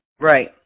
Right